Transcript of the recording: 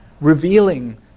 revealing